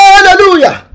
Hallelujah